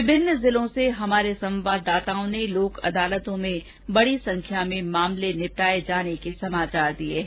विभिन्न जिलों से हमारे संवाददाताओं ने लोक अदालतों में बडी संख्या में मामले निपटाये जाने के समाचार दिये हैं